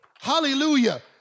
Hallelujah